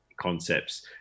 concepts